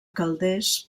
calders